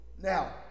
Now